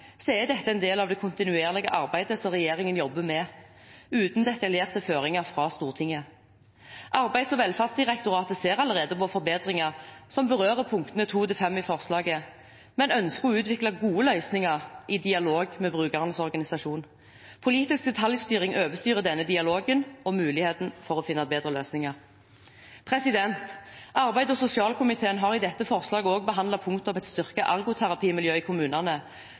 er dette en del av det kontinuerlige arbeidet som regjeringen jobber med, uten detaljerte føringer fra Stortinget. Arbeids- og velferdsdirektoratet ser allerede på forbedringer som berører punktene 2–5 i forslaget, men ønsker å utvikle gode løsninger i dialog med brukernes organisasjon. Politisk detaljstyring overstyrer denne dialogen og muligheten for å finne bedre løsninger. Arbeids- og sosialkomiteen har i dette forslaget også behandlet punktet om et styrket ergoterapimiljø i kommunene,